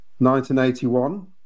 1981